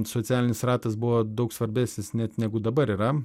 socialinis ratas buvo daug svarbesnis net negu dabar yra